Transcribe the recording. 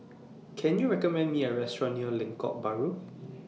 Can YOU recommend Me A Restaurant near Lengkok Bahru